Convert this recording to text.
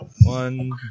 One